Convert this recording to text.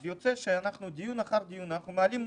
אז יוצא שדיון אחר דיון אנחנו מעלים נושא,